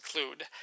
include